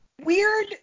weird